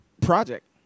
project